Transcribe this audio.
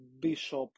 Bishop